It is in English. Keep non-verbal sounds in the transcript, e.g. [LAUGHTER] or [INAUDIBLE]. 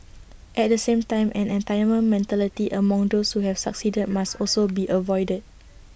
at the same time an entitlement mentality among those who have succeeded must [NOISE] also be avoided